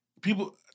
People